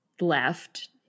left